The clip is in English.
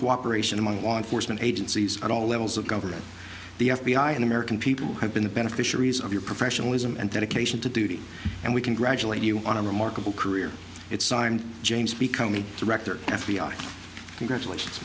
cooperation among law enforcement agencies at all levels of government the f b i and american people have been the beneficiaries of your professionalism and dedication to duty and we congratulate you on a remarkable career it's signed james becoming director f b i congratulations